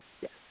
Yes